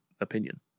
opinion